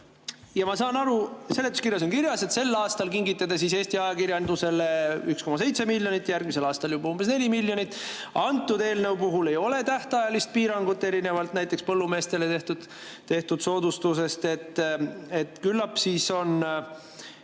Ma saan aru – seletuskirjas on kirjas –, et sel aastal kingite te Eesti ajakirjandusele 1,7 miljonit, järgmisel aastal juba umbes 4 miljonit. Selle eelnõu puhul ei ole tähtajalist piirangut erinevalt näiteks põllumeestele tehtud soodustusest. Küllap siis on